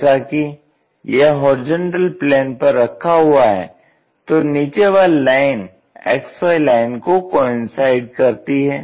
जैसा कि यह HP पर रखा हुआ है तो नीचे वाली लाइन XY लाइन को कोइंसाइड करती है